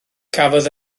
cafodd